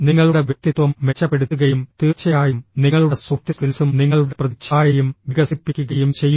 നിങ്ങളുടെ വ്യക്തിത്വം മെച്ചപ്പെടുത്തുകയും തീർച്ചയായും നിങ്ങളുടെ സോഫ്റ്റ് സ്കിൽസും നിങ്ങളുടെ പ്രതിച്ഛായയും വികസിപ്പിക്കുകയും ചെയ്യുക